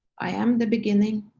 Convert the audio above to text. i am the beginning,